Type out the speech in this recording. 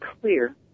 clear